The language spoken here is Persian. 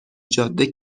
جاده